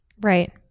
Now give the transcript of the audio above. Right